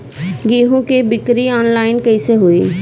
गेहूं के बिक्री आनलाइन कइसे होई?